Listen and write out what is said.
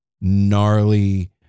gnarly